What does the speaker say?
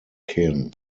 kin